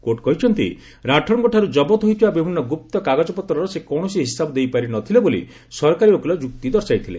court କହିଛନ୍ତି ରାଠୋର୍ଙ୍କଠାରୁ ଜବତ୍ ହୋଇଥିବା ବିଭିନ୍ନ ଗୁପ୍ତ କାଗଜପତ୍ରର ସେ କୌଣସି ହିସାବ ଦେଇପାରି ନ ଥିଲେ ବୋଲି ସରକାରୀ ଓକିଲ ଯୁକ୍ତି ଦର୍ଶାଇଥିଲେ